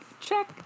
check